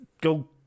go